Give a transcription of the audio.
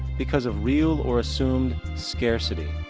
because of real or assumed scarcity.